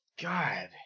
God